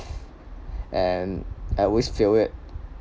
and I always failed it